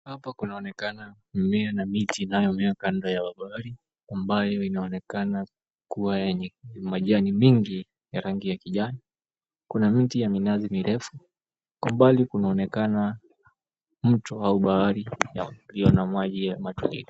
Hapa kunaonekana mimea na miti inayomea kando ya bahari ambayo inaonekana kuwa yenye majani mingi ya rangi ya kijani. Kuna miti ya minazi mirefu Kwa umbali kunaonekana mchwa au bahari yaliyo na maji ya matone.